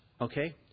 Okay